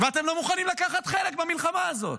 ואתם לא מוכנים לקחת חלק במלחמה הזאת.